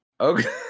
Okay